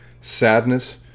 sadness